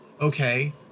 Okay